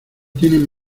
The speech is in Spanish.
tienen